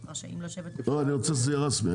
אני רוצה שזה יהיה רשמי,